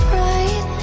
right